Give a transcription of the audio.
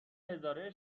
هزاره